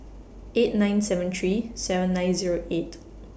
eight nine seven three seven nine Zero eight